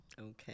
Okay